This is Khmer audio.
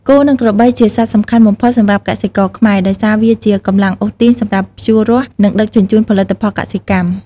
គោ និងក្របី ជាសត្វសំខាន់បំផុតសម្រាប់កសិករខ្មែរ ដោយសារវាជា កម្លាំងអូសទាញ សម្រាប់ភ្ជួររាស់ និងដឹកជញ្ជូនផលិតផលកសិកម្ម។